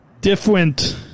different